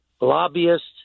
lobbyists